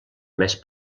més